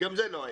גם זה לא היה.